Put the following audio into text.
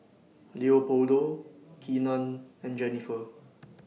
Leopoldo Keenan and Jennifer